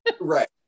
Right